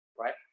right